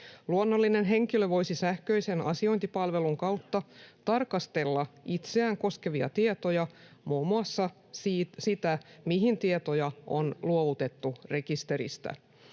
Luonnollinen henkilö voisi sähköisen asiointipalvelun kautta tarkastella itseään koskevia tietoja, muun muassa sitä, mihin tietoja on luovutettu rekisteristä.